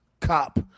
cop